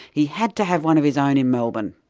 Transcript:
he had to have one of his own in melbourne.